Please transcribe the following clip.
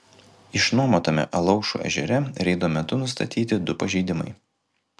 išnuomotame alaušų ežere reido metu nustatyti du pažeidimai